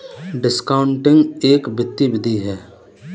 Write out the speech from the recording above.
discounting एक वित्तीय विधि है